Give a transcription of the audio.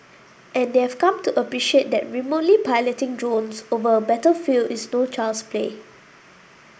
and they have come to appreciate that remotely piloting drones over a battlefield is no child's play